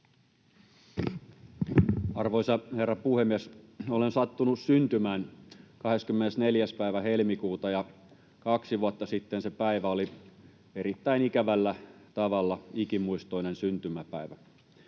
Arvoisa herra puhemies! Olen sattunut syntymään 24. päivä helmikuuta, ja kaksi vuotta sitten se päivä oli erittäin ikävällä tavalla ikimuistoinen syntymäpäivä.